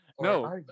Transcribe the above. No